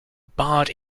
barred